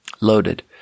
loaded